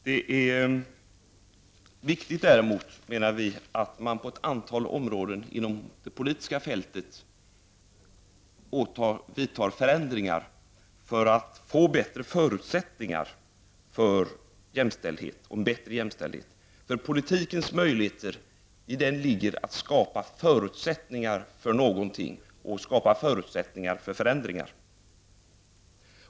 Däremot menar vi att det är viktigt att man vidtar förändringar på ett antal områden inom det politiska fältet för att få goda förutsättningar för en bättre jämställdhet. I politikens möjligheter ligger att skapa förutsättningar för någonting, förutsättningar för förändringar.